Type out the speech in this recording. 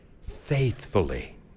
faithfully